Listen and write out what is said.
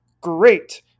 great